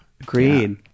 Agreed